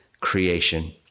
creation